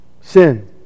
sin